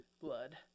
blood